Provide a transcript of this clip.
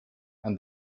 and